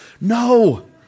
No